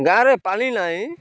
ଗାଁରେ ପାଣି ନାଇଁ